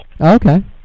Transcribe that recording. Okay